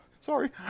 Sorry